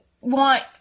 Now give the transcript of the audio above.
want